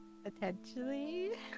Potentially